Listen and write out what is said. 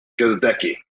Gazdecki